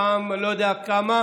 בפעם אני לא יודע כמה,